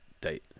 date